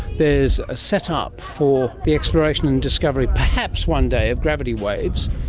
there's a setup for the exploration and discovery perhaps one day of gravity waves.